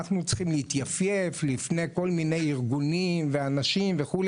אנחנו צריכים להתייפייף לפני כל מיני ארגונים ואנשים וכו',